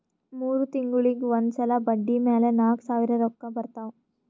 ಮೂರ್ ತಿಂಗುಳಿಗ್ ಒಂದ್ ಸಲಾ ಬಡ್ಡಿ ಮ್ಯಾಲ ನಾಕ್ ಸಾವಿರ್ ರೊಕ್ಕಾ ಬರ್ತಾವ್